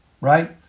Right